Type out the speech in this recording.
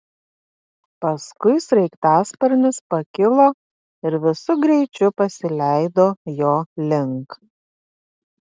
paskui sraigtasparnis pakilo ir visu greičiu pasileido jo link